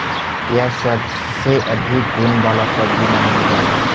यह सबसे अधिक गुण वाला सब्जी मानल जा हई